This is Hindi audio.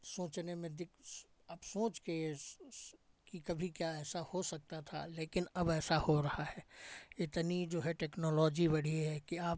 सोचने में दिक अब सोच के इस कि कभी क्या ऐसा हो सकता था लेकिन अब ऐसा हो रहा है इतनी जो है टेक्नोलॉजी बढ़ी है कि आप